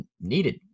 Needed